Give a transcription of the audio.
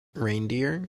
reindeer